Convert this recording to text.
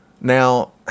Now